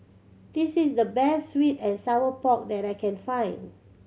this is the best sweet and sour pork that I can find